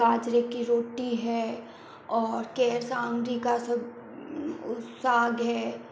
बाजरे की रोटी है और कैर सांगरी का सब साग है